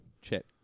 chat